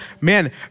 man